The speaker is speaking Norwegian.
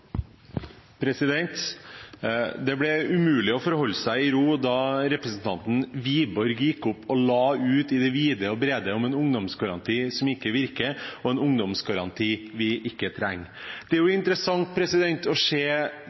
Det ble umulig å holde seg i ro da representanten Wiborg gikk opp og la ut i det vide og det brede om en ungdomsgaranti som ikke virker, og som vi ikke trenger. Det er interessant å se